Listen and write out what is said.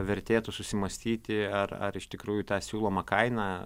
vertėtų susimąstyti ar ar iš tikrųjų ta siūloma kaina